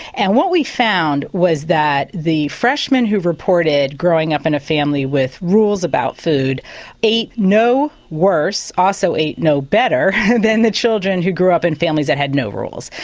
and what we found was that the freshmen who reported growing up in a family with rules about food ate no worse, also ate no better than the children who grew up in families that had no rules.